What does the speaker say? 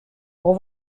pour